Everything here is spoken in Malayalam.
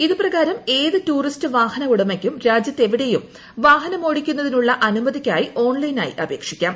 ഇതുപ്രകാരം ഏത് ടൂറിസ്റ്റ് വാഹന ഉടമയ്ക്കും രാജ്യത്ത് എവിടെയും വാഹനം ഓടിക്കുന്നതിനുള്ള അനുമതിയ്ക്കായി ഓൺലൈനായി അപേക്ഷിക്കാം